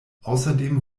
außerdem